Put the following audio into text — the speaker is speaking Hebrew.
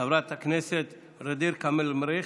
חברת הכנסת ע'דיר כמאל מריח.